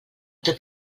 tot